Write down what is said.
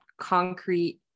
concrete